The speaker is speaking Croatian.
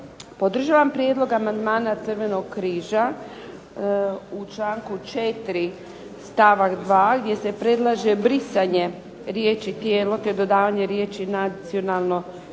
Podržavam prijedlog amandmana Crvenog križa u članku 4. stavak 2. gdje se predlaže brisanje riječi tijelo, te dodavanje riječi nacionalno društvo,